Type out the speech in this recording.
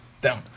down